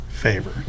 favor